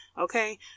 okay